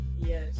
Yes